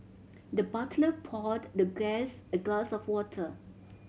the butler poured the guest a glass of water